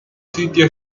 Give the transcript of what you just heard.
sitio